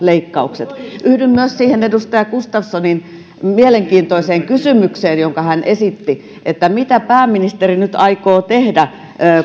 leikkaukset yhdyn myös siihen edustaja gustafssonin mielenkiintoiseen kysymykseen jonka hän esitti että mitä pääministeri nyt aikoo tehdä